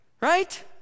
Right